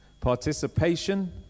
Participation